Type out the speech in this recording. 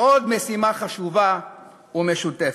עוד משימה חשובה ומשותפת.